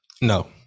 No